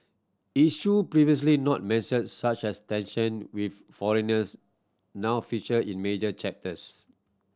issue previously not mentioned such as tension with foreigners now feature in major chapters